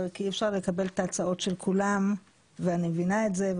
כי אי אפשר לקבל את ההצעות של כולם ואני מבינה את זה.